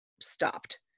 stopped